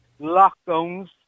lockdowns